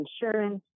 insurance